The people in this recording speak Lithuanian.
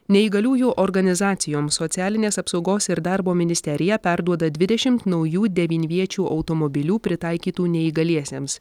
neįgaliųjų organizacijoms socialinės apsaugos ir darbo ministerija perduoda dvidešimt naujų deviniviečių automobilių pritaikytų neįgaliesiems